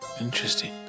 Interesting